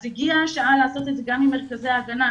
אז הגיעה השעה לעשות את זה גם עם מרכזי ההגנה.